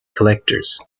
collectors